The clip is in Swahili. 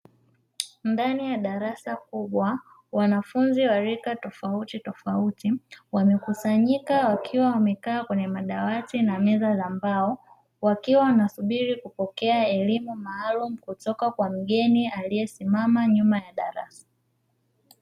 Ndani ya darasa kubwa wanafunzi wa rika tofautitofauti, wamekusanyika wakiwa wamekaa kwenye madawati na meza za mbao, wakiwa wanasubiri kupokea elimu maalumu kutoka kwa mgeni aliyesimama nyuma ya darasa.